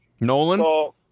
nolan